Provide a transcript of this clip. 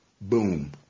Boom